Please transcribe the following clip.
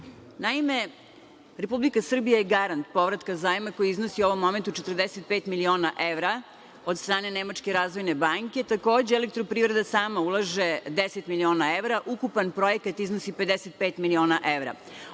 A“.Naime, Republika Srbija je garant povratka zajma koji iznosi, u ovom momentu, 45 miliona evra od strane Nemačke Razvojne banke. Takođe, Elektroprivreda sama ulaže 10 miliona evra. Ukupan projekat iznosi 55 miliona evra.